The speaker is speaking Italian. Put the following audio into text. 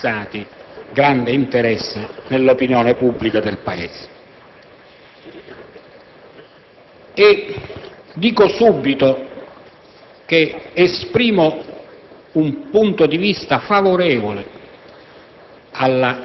nei mesi passati grande interesse nell'opinione pubblica del Paese. Innanzi tutto, avverto che esprimerò un punto di vista favorevole